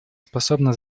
способно